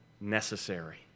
necessary